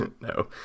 No